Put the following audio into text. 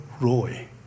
Roy